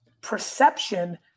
perception